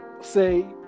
say